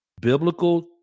biblical